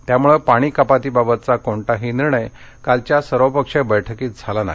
त्यामुळे पाणी कपाती बाबतचा कोणताही निर्णय कालच्या सर्वपक्षीय बैठकीत झाला नाही